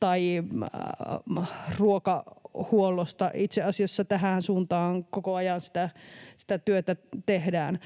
tai ruokahuollosta. Itse asiassa tähänhän suuntaan koko ajan sitä työtä tehdään.